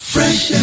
Fresh